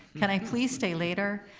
can i please stay later?